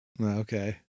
Okay